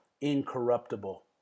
incorruptible